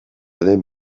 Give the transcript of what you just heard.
den